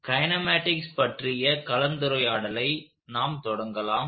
kinematics பற்றிய கலந்துரையாடலை நாம் தொடங்கலாம்